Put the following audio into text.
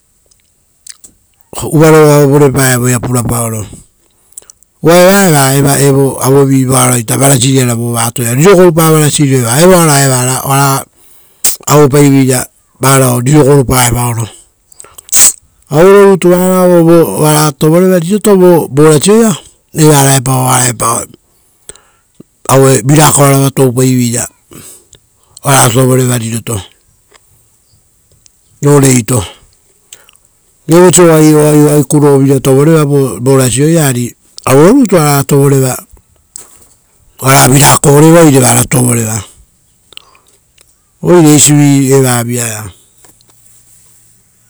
Uvarovuva vorepae voea purapaoro. Uva eva eva aueiava ruvaruara varao vova atoia, riro gorupara evara ruvaruara, evaora evara oara oupaiveira varao riro gorupa evaoro. auerorutu varao oara tovoreva riroto vorasioia evaraepao oara virakoarava toupaiveira oara tovoreva riroto ro reito. Viapau oisio oai, oai kurovira tovoreva vo rasioia ari auerorutu oara tovoreva, oara virako reva oire vara tovoreva. Oire eisi via eva